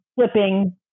flipping